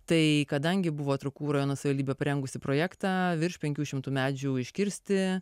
tai kadangi buvo trakų rajono savivaldybė parengusi projektą virš penkių šimtų medžių iškirsti